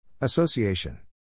Association